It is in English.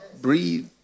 Breathe